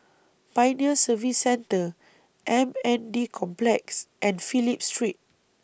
Pioneer Service Centre M N D Complex and Phillip Street